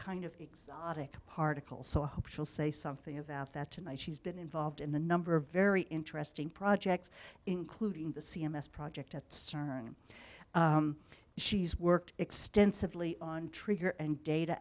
kind of exotic particles so i hope she'll say something about that tonight she's been involved in a number of very interesting projects including the c m s project at cern she's worked extensively on trigger and data